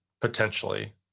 potentially